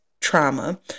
trauma